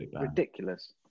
ridiculous